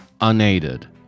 unaided